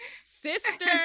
sister